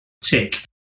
Tick